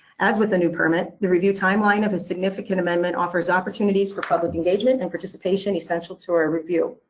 as with a new permit, the review timeline of a significant amendment offers opportunities for public engagement and participation and essential to our review,